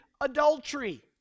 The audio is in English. adultery